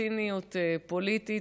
ציניות פוליטית,